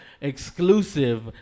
exclusive